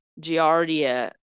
giardia